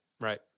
right